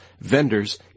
vendors